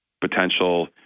potential